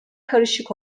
karışık